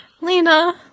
Lena